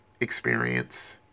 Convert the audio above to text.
experience